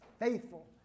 faithful